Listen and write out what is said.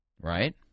Right